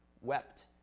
wept